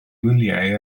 wyliau